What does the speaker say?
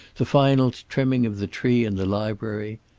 the final trimming of the tree in the library.